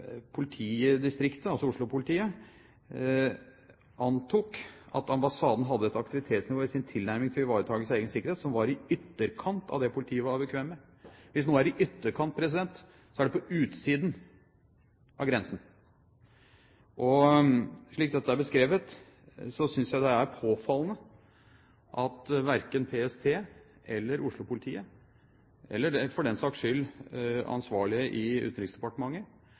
politidistriktet – altså Oslo-politiet – antok at ambassaden hadde et aktivitetsnivå i sin tilnærming til ivaretakelsen av egen sikkerhet som var i ytterkant av det politiet var bekvem med. Hvis noe er i ytterkant, er det på utsiden av grensen. Slik dette er beskrevet, synes jeg det er påfallende at verken PST, Oslo-politiet eller for den saks skyld ansvarlige i Utenriksdepartementet